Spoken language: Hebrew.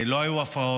לא היו הפרעות.